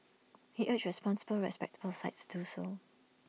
he urged responsible respectable sites to do so